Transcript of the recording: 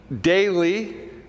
daily